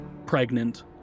Pregnant